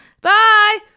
Bye